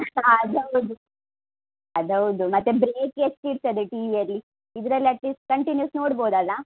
ಹಾಂ ಅದು ಹೌದು ಅದು ಹೌದು ಮತ್ತೆ ಬ್ರೇಕ್ ಎಷ್ಟು ಇರ್ತದೆ ಟಿ ವಿಯಲ್ಲಿ ಇದರಲ್ಲಿ ಅಟ್ಲೀಸ್ಟ್ ಕಂಟಿನ್ಯೂಸ್ ನೋಡ್ಬೋದಲ್ಲ